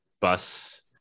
bus